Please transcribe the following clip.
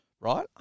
right